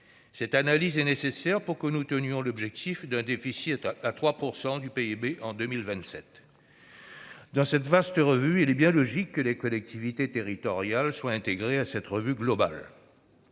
Cette analyse est nécessaire pour que nous tenions l'objectif d'un déficit à 3 % du PIB en 2027. Il est bien logique que les collectivités territoriales soient intégrées à cette vaste revue globale.